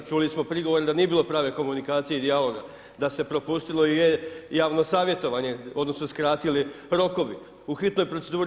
Čuli smo prigovor da nije bilo prave komunikacije i dijaloga, da se propustilo javno savjetovanje odnosno skratili rokovi u hitnoj proceduri.